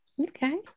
Okay